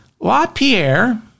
LaPierre